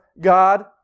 God